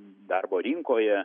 darbo rinkoje